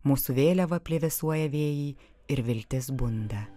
mūsų vėliava plevėsuoja vėjy ir viltis bunda